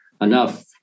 enough